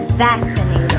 vaccinated